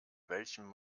welchem